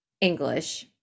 English